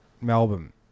Melbourne